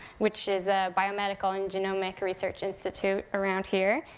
which is a biomedical and genomic research institute around here.